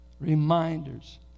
Reminders